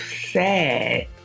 sad